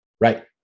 Right